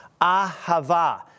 Ahava